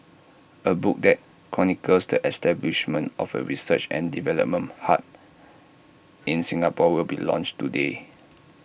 A book that chronicles the establishment of A research and development hub in Singapore will be launched today